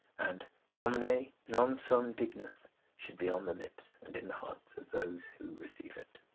and domine, non sum dignus should be on the lips and in the hearts of those who receive it.